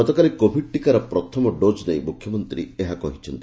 ଗତକାଲି କୋଭିଡ୍ ଟିକାର ପ୍ରଥମ ଡୋଜ୍ ନେଇ ମୁଖ୍ୟମନ୍ତ୍ରୀ ଏହା କହିଛନ୍ତି